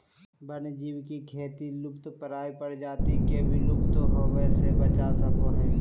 वन्य जीव के खेती लुप्तप्राय प्रजाति के विलुप्त होवय से बचा सको हइ